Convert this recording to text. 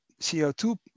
CO2